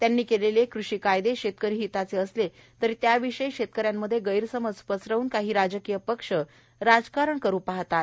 त्यांनी केलेले कृषी कायदे शेतकरी हिताचे असले तरी त्याविषयी शेतकऱ्यांमध्ये गैरसमज पसरवून काही राजकीय पक्ष राजकारण करू पाहत आहेत